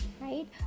right